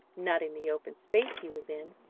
not in the open space he was in,